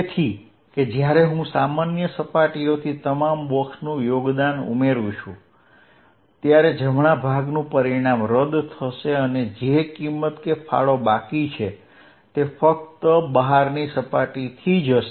તેથી કે જ્યારે હું સામાન્ય સપાટીઓથી તમામ બોક્સનું યોગદાન ઉમેરું છું ત્યારે જમણા ભાગનું પરિણામ રદ થશે અને જે કિંમત કે ફાળો બાકી છે તે ફક્ત બહારની સપાટીથી જ હશે